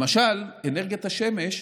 למשל, אנרגיית השמש,